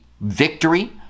victory